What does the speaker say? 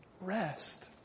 Rest